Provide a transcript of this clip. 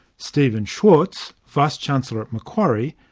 steven schwartz, vice-chancellor at macquarie,